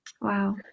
Wow